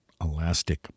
Elastic